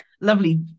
lovely